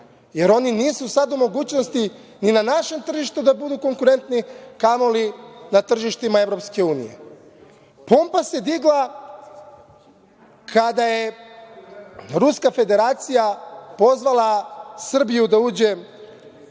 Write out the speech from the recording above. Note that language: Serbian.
jer oni nisu sada u mogućnosti ni na našem tržištu da budu konkurentni kamoli na tržištima EU.Pompa se digla kada je Ruska Federacija pozvala Srbiju da uđe